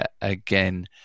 again